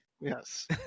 Yes